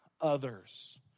others